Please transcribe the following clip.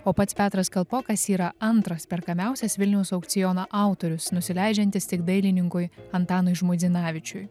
o pats petras kalpokas yra antras perkamiausias vilniaus aukciono autorius nusileidžiantis tik dailininkui antanui žmuidzinavičiui